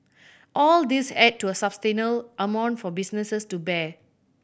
all these add to a amount for businesses to bear